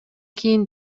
кийин